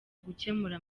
gukemura